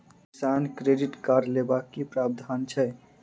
किसान credit card लेबाक की प्रावधान छै?